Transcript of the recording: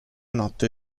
notte